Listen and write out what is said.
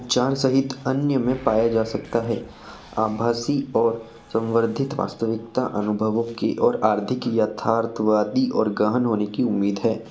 उपचार सहित अन्य में पाया जा सकता है आभासी और सम्बर्धित वास्तविकता अनुभवों की और आर्धिक यथार्थवादी और गहन होने की उम्मीद है